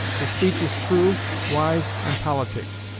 the speech is true, wise, and politic,